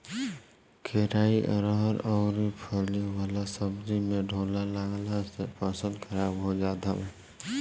केराई, अरहर अउरी फली वाला सब्जी में ढोला लागला से फसल खराब हो जात हवे